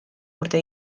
urte